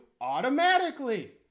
automatically